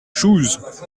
chooz